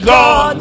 God